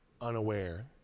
unaware